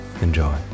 Enjoy